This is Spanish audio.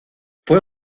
fue